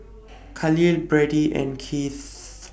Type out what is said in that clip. Khalil Berdie and Keith